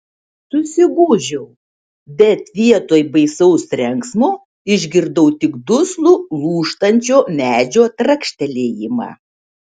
susigūžiau bet vietoj baisaus trenksmo išgirdau tik duslų lūžtančio medžio trakštelėjimą